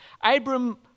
Abram